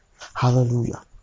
Hallelujah